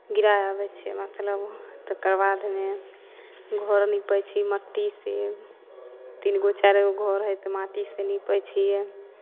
गिरा आबै छियै मतलब तकर बादमे घर नीपै छी मट्टीसँ तीन गो चारि गो घर हइ तऽ माटिसँ नीपै छियै